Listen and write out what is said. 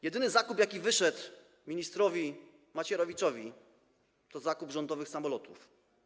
Jedyny zakup, jaki wyszedł ministrowi Macierewiczowi, to zakup rządowych samolotów.